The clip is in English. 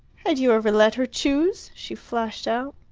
had you ever let her choose? she flashed out.